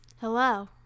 Hello